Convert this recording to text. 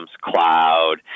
cloud